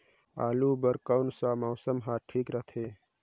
आलू बार कौन सा मौसम ह ठीक रथे?